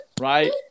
right